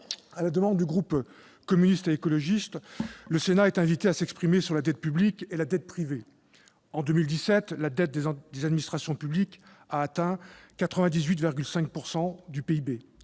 À la demande du groupe CRCE, le Sénat est invité à s'exprimer sur la dette publique et la dette privée. En 2017, la dette des administrations publiques a représenté 98,5 % du PIB